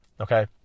Okay